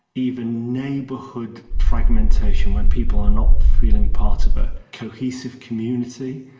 even neighbourhood fragmentation where people are not feeling part of a cohesive community,